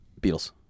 Beatles